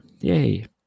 Yay